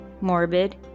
morbid